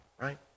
right